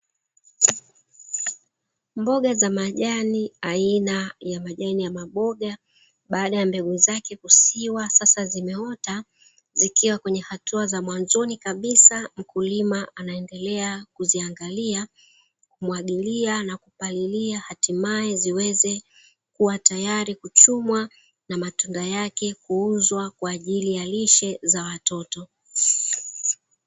Mboga za majani aina ya majani ya maboga baada ya mbegu zake kusiwa sasa zimeota zikiwa kwenye hatua za mwanzoni kabisa, mkulima anaendelea kuzingalia ,kumwagilia na kupalilia hatimae ziweze kuwa tayari kuchumwa na matunda yake kuuzwa kwajili ya lishe za watoto.